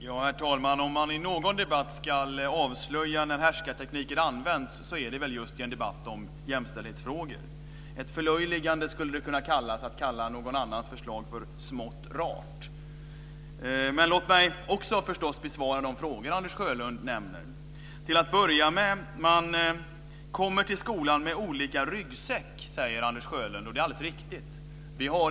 Herr talman! Om man i någon debatt ska avslöja när härskartekniken används är det väl just i en debatt om jämställdhetsfrågor. Ett förlöjligande skulle det kunna kallas att kalla någon annans förslag för smått rart. Men låt mig också besvara de frågor Anders Sjölund ställer. Anders Sjölund säger att man kommer till skolan med olika ryggsäck. Det är alldeles riktigt.